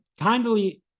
Kindly